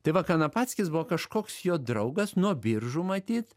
tai va kanapackis buvo kažkoks jo draugas nuo biržų matyt